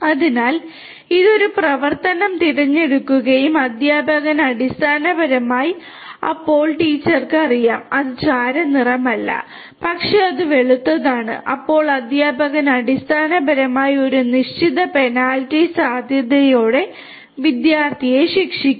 അതിനാൽ ഇത് ഒരു പ്രവർത്തനം തിരഞ്ഞെടുക്കുകയും അധ്യാപകൻ അടിസ്ഥാനപരമായി അപ്പോൾ ടീച്ചർക്ക് അറിയാം അത് ചാരനിറമല്ല പക്ഷേ അത് വെളുത്തതാണ് അപ്പോൾ അധ്യാപകൻ അടിസ്ഥാനപരമായി ഒരു നിശ്ചിത പെനാൽറ്റി സാധ്യതയോടെ വിദ്യാർത്ഥിയെ ശിക്ഷിക്കും